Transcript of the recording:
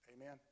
Amen